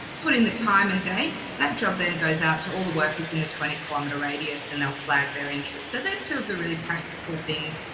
put in the time and date, that job then goes out to all the workers in a twenty kilometer radius. and they'll flag their interest. so they're two of the really practical things,